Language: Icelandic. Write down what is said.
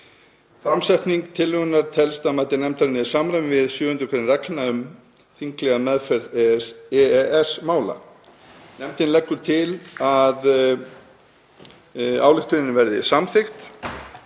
Framsetning tillögunnar telst að mati nefndarinnar í samræmi við 7. gr. reglna um þinglega meðferð EES-mála. Nefndin leggur til að ályktunin verði samþykkt.